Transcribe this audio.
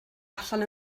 allan